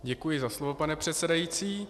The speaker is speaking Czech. Děkuji za slovo, pane předsedající.